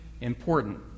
important